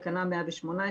תקנה 118,